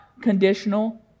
conditional